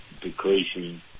decreasing